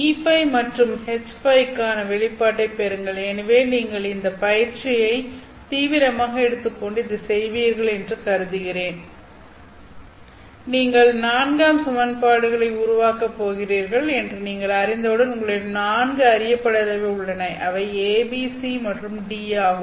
EØ மற்றும் HØ க்கான வெளிப்பாட்டைப் பெறுங்கள் எனவே நீங்கள் இந்த பயிற்சியை தீவிரமாக எடுத்துக் கொண்டு இதைச் செய்வீர்கள் என்று கருதுகிறேன் நீங்கள் 4 சமன்பாடுகளை உருவாக்க போகிறீர்கள் என்று நீங்கள் அறிந்தவுடன் உங்களிடம் 4 அறியப்படாதவை 4 உள்ளன அவை A B C மற்றும் D ஆகும்